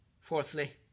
Fourthly